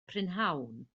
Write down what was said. prynhawn